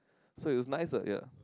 so it's nice lah ya